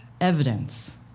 evidence